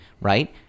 right